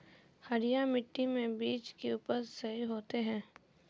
हरिया मिट्टी में बीज के उपज सही होते है?